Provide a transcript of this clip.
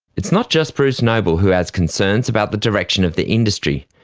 it's not just bruce noble who has concerns about the direction of the industry.